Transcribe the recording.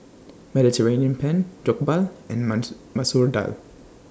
Mediterranean Penne Jokbal and Masoor Dal